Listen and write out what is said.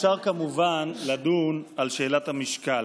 אפשר כמובן לדון על שאלת המשקל.